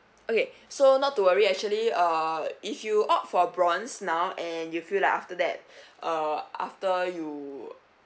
okay so not to worry actually uh if you opt for bronze now and you feel like after that uh after you